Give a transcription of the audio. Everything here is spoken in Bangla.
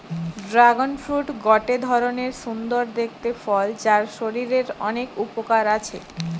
ড্রাগন ফ্রুট গটে ধরণের সুন্দর দেখতে ফল যার শরীরের অনেক উপকার আছে